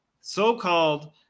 so-called